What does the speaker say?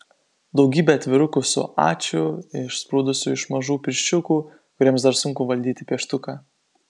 daugybė atvirukų su ačiū išsprūdusiu iš mažų pirščiukų kuriems dar sunku valdyti pieštuką